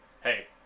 Hey